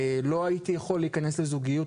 לא יכולתי להיכנס לזוגיות,